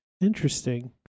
Interesting